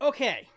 Okay